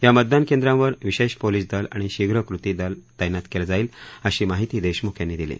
या मतदान केंद्रावर विशेष पोलिस दल आणि शीघ्र कृती दल तैनात केलं जाईल अशी माहिती देशमुख यांनी दिली